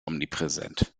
omnipräsent